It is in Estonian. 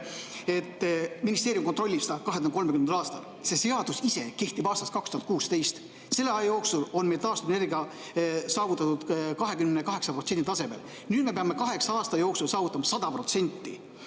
et ministeerium kontrollib seda 2030. aastal. See seadus ise kehtib aastast 2016. Selle aja jooksul on meil taastuvenergia saavutatud 28% taseme. Nüüd me peame kaheksa aasta jooksul saavutama 100%.